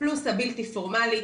פלוס הבלתי פורמלי,